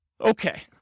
Okay